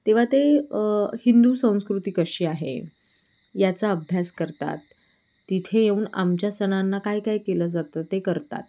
तेव्हा ते हिंदू संस्कृती कशी आहे याचा अभ्यास करतात तिथे येऊन आमच्या सणांना काय काय केलं जातं ते करतात